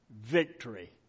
victory